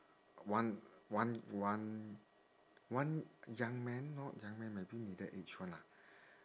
one one one one young man not young man maybe middle aged one lah